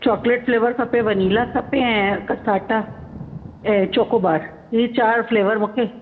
chocolate flavour खपे vanilla खपे ऐं कसाटा ऐं चोकोबार हीअ चारि फ़्लेवर मूंखे